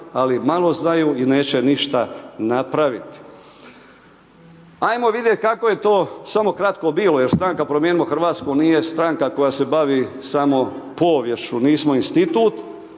ali malo znaju i neće ništa napraviti. Ajmo vidjet kako je to samo kratko bilo jer Stranka promijenimo Hrvatsku nije stranka koja se bavi samo poviješću, nismo institut,